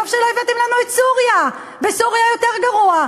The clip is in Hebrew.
טוב שלא הבאתם לנו את סוריה, בסוריה יותר גרוע.